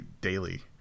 daily